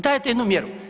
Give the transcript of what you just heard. Dajte jednu mjeru.